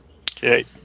Okay